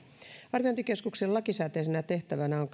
arviointikeskuksen lakisääteisenä tehtävänä on